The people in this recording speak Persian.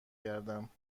گردم